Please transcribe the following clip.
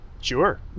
Sure